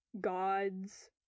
gods